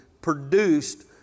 produced